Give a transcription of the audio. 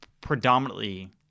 predominantly